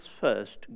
first